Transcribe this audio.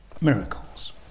miracles